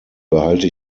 behalte